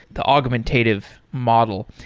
the augmentative model.